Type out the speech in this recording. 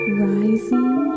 rising